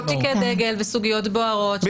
--- בתיקי דגל ובסוגיות בוערות.